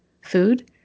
food